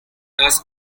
does